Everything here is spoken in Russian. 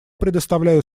предоставляю